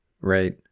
right